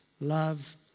love